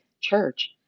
church